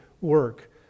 work